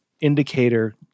indicator